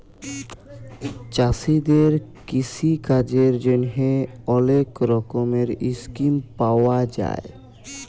চাষীদের কিষিকাজের জ্যনহে অলেক রকমের ইসকিম পাউয়া যায়